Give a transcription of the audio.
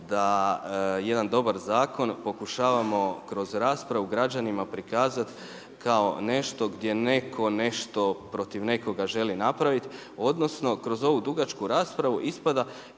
da jedan dobar zakon pokušavamo kroz raspravu građanima prikazati kao nešto gdje neko nešto protiv nekoga želi napraviti odnosno kroz ovu dugačku raspravu ispada